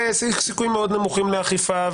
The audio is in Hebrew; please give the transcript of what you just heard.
וסיכויים מאוד נמוכים לאכיפה,